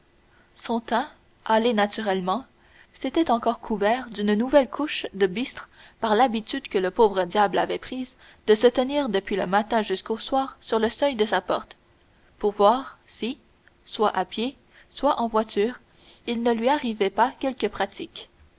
son teint hâlé naturellement s'était encore couvert d'une nouvelle couche de bistre par l'habitude que le pauvre diable avait prise de se tenir depuis le matin jusqu'au soir sur le seuil de sa porte pour voir si soit à pied soit en voiture il ne lui arrivait pas quelque pratique